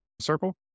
circle